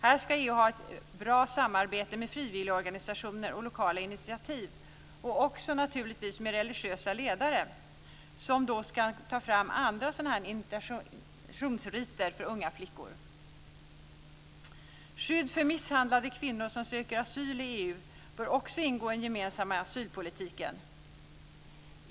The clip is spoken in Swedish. Här ska EU ha ett bra samarbete med frivilligorganisationer och lokala initiativ liksom, naturligtvis, med religiösa ledare som ska ta fram andra initiationsriter för unga flickor. EU bör också ingå i den gemensamma asylpolitiken.